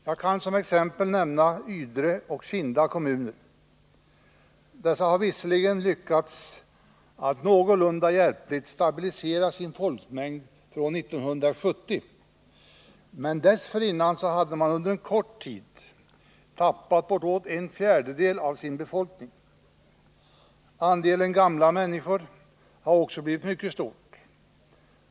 Jag kan som exempel nämna Ydre och Kinda kommuner. Dessa har visserligen lyckats att någorlunda hjälpligt stabilisera sin folkmängd från 1970, men dessförinnan hade man under en kort tid tappat bortåt en fjärdedel av sin befolkning. Andelen gamla människor har också blivit mycket stor.